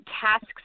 tasks